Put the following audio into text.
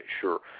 sure